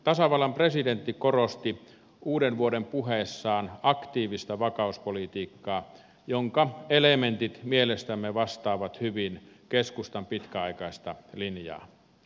tasavallan presidentti korosti uudenvuodenpuheessaan aktiivista vakauspolitiikkaa jonka elementit mielestämme vastaavat hyvin keskustan pitkäaikaista linjaa